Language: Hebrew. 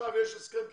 עכשיו יש הסכם קיבוצי,